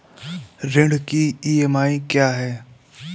ऋण की ई.एम.आई क्या है?